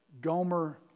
Gomer